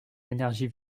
énergie